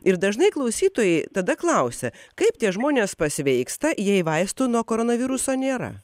ir dažnai klausytojai tada klausia kaip tie žmonės pasveiksta jei vaistų nuo koronaviruso nėra